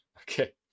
Okay